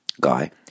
guy